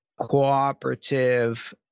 cooperative